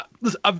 listen